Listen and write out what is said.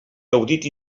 gaudit